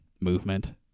movement